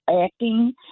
acting